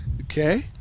Okay